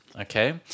okay